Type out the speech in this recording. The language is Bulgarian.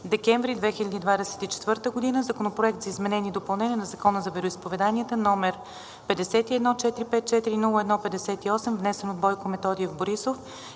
декември 2024 г., Законопроект за изменение и допълнение на Закона за вероизповеданията, № 51-454-01-58, внесен от Бойко Методиев Борисов